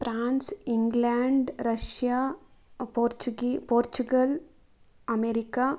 France England Russia ಪೋರ್ಚುಗಿ Portugal America